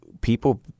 people